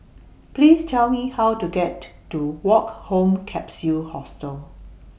Please Tell Me How to get to Woke Home Capsule Hostel